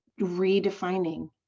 redefining